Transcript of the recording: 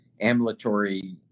ambulatory